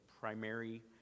primary